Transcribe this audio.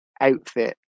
outfit